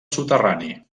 soterrani